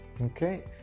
Okay